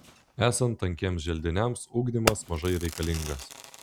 esant tankiems želdiniams ugdymas mažai reikalingas